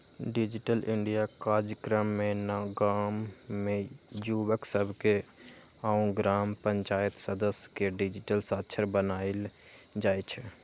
digital India काजक्रम में गाम के जुवक सभके आऽ ग्राम पञ्चाइत सदस्य के डिजिटल साक्षर बनाएल जाइ छइ